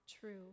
true